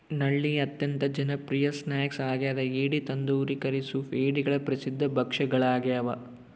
ನಳ್ಳಿ ಅತ್ಯಂತ ಜನಪ್ರಿಯ ಸ್ನ್ಯಾಕ್ ಆಗ್ಯದ ಏಡಿ ತಂದೂರಿ ಕರಿ ಸೂಪ್ ಏಡಿಗಳ ಪ್ರಸಿದ್ಧ ಭಕ್ಷ್ಯಗಳಾಗ್ಯವ